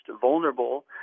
vulnerable